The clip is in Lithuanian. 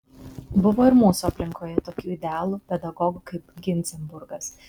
buvo ir mūsų aplinkoje tokių idealų pedagogų kaip ginzburgas